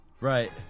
right